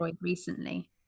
recently